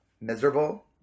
miserable